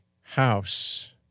House